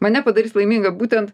mane padarys laimingą būtent